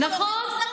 נכון.